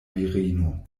virino